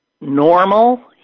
normal